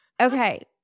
Okay